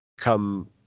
Come